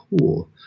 cool